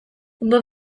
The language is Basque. ondo